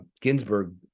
Ginsburg